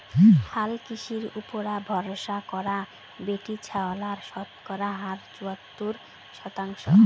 হালকৃষির উপুরা ভরসা করা বেটিছাওয়ালার শতকরা হার চুয়াত্তর শতাংশ